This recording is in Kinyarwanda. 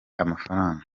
amafaranga